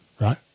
right